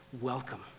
welcome